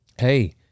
hey